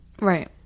right